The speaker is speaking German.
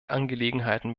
angelegenheiten